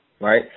right